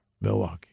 Milwaukee